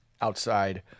outside